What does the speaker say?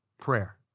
prayer